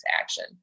action